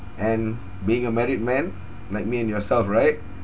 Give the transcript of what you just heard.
and being a married man like me and yourself right